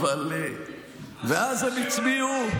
ואז, הם הצביעו